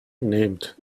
named